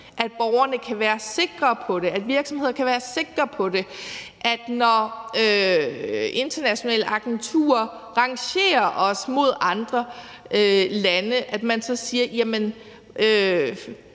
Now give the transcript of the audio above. at borgerne kan være sikre på det, og at virksomhederne kan være sikre på det, og at når internationale agenturer rangerer os i forhold til andre lande, siger man,